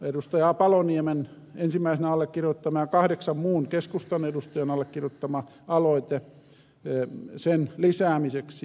palonie men ensimmäisenä allekirjoittama ja kahdeksan muun keskustan edustajan allekirjoittama aloite sen lisäämiseksi